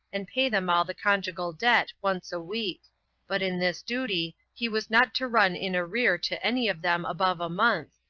and pay them all the conjugal debt once a week but in this duty he was not to run in arrear to any of them above a month,